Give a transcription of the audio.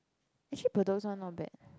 actually bedok's one not bad